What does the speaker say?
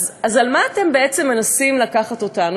אז על מה אתם בעצם מנסים לקחת אותנו?